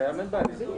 אתה משער שזה מדבק.